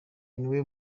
niwe